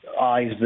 eyes